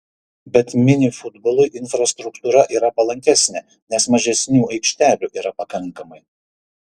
bet mini futbolui infrastruktūra yra palankesnė nes mažesniu aikštelių yra pakankamai